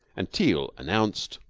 and teal announced,